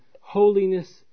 holiness